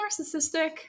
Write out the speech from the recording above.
narcissistic